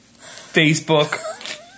Facebook